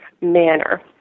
Manner